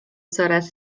coraz